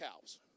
cows